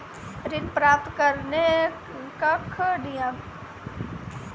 ऋण प्राप्त करने कख नियम?